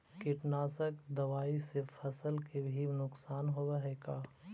कीटनाशक दबाइ से फसल के भी नुकसान होब हई का?